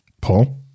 Paul